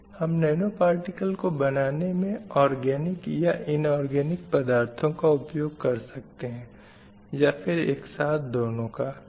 हम nano particle को बनाने में ओर्गानिक या इनॉर्गैनिक पदार्थों का उपयोग कर सकते हैं या फिर एक साथ दोनो का भी